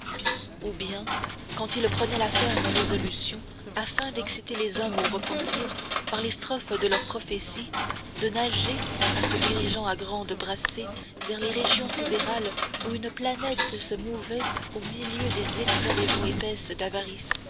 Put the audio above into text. ou bien quand ils prenaient la ferme résolution afin d'exciter les hommes au repentir par les strophes de leurs prophéties de nager en se dirigeant à grandes brassées vers les régions sidérales où une planète se mouvait au milieu des exhalaisons épaisses d'avarice